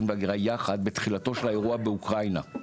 וההגירה בתחילתו של האירוע באוקראינה.